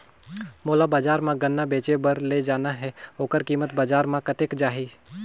मोला बजार मां गन्ना बेचे बार ले जाना हे ओकर कीमत बजार मां कतेक जाही?